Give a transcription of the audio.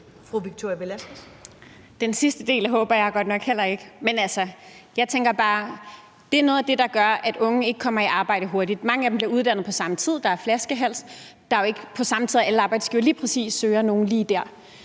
Den sidste del håber jeg godt nok heller ikke på. Men altså, jeg tænker bare, at det er noget af det, der gør, at unge ikke kommer i arbejde hurtigt. Mange af dem bliver uddannet på samme tid; der er flaskehals, og det er jo ikke sådan, at alle arbejdsgivere søger nogle lige